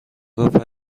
گفت